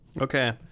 Okay